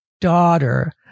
daughter